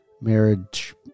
marriage